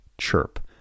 CHIRP